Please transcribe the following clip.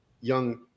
young